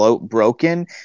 broken